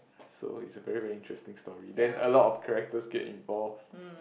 so it's a very very interesting story then a lot of characters get involved